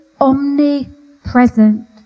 omnipresent